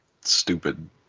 Stupid